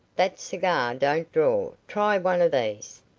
that cigar don't draw. try one of these.